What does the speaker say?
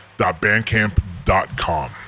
bandcamp.com